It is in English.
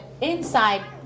inside